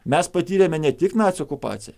mes patyrėme ne tik nacių okupaciją